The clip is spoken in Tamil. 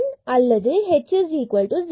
1 or h 0